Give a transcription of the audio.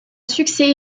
succès